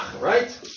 right